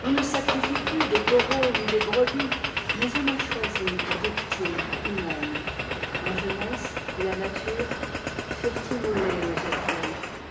on ne sacrifie plus des taureaux ni des brebis mais on m'a choisie pour victime humaine ma jeunesse et la nature furent immo ées aux